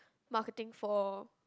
marketing for